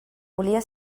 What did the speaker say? volia